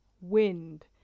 Wind